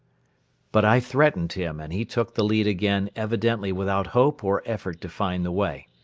but i threatened him and he took the lead again evidently without hope or effort to find the way.